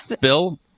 Bill